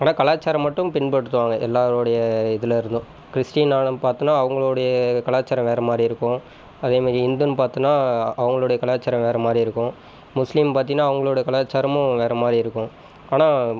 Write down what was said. ஆனால் கலாச்சாரம் மட்டும் பின்பற்றுவாங்க எல்லாரோருடைய இதுலிருந்தும் கிறிஸ்டின்லெலாம் பார்த்தம்ன்னா அவங்களுடைய கலாச்சாரம் வேறு மாதிரி இருக்கும் அதே மாதிரி ஹிந்துன்னு பார்த்தீனா அவங்களுடைய கலாச்சாரம் வேறு மாதிரி இருக்கும் முஸ்லீம்ன்னு பார்த்தினா அவர்களோட கலாச்சாரமும் வேறு மாதிரி இருக்கும் ஆனால்